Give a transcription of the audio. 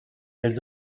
els